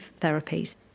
therapies